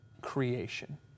creation